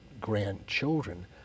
grandchildren